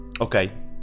Okay